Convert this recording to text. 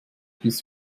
bis